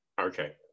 Okay